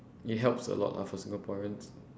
it helps a lot lah for singaporeans